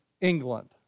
England